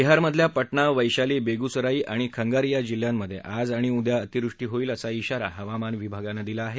बिहारमधल्या पाणा वैशाली बेगुसराई आणि खंगारिया जिल्ह्यांत आज आणि उद्या अतिवृष्टी होईल असा व्विारा हवामान विभागानं दिला आहे